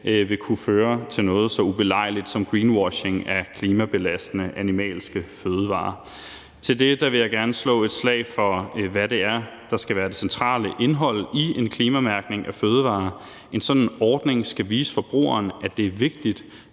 vil kunne føre til noget så ubelejligt som greenwashing af klimabelastende animalske fødevarer. Derfor vil jeg gerne slå et slag for, hvad det er, der skal være det centrale indhold i en klimamærkning af fødevarer. En sådan ordning skal vise forbrugeren, at det er vigtigt